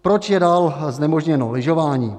Proč je dál znemožněno lyžování?